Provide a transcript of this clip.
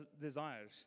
desires